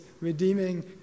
redeeming